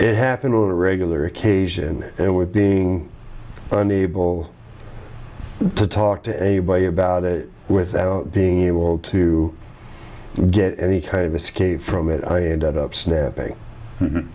it happen on a regular occasion and it would being unable to talk to anybody about it without being able to get any kind of escape from it i ended up snapping